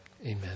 amen